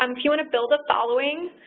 um if you want to build a following,